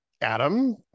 adam